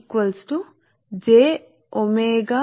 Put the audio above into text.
కాబట్టి ఇది రెండవ సర్క్యూట్లో వోల్టేజ్ డ్రాప్